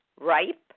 ripe